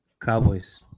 Cowboys